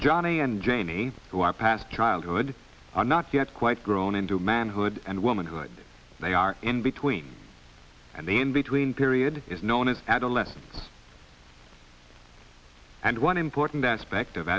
johnnie and janie who are past childhood are not yet quite grown into manhood and womanhood they are in between and the in between period is known as adolescence and one important aspect of